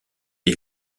des